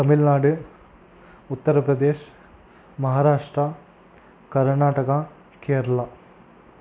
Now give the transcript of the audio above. Tamil Nadu Uttar Pradesh Maharashtra Karnataka Kerala